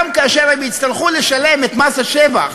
גם כאשר הם יצטרכו לשלם את מס השבח